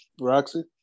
Roxy